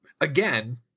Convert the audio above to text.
again